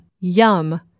yum